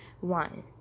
One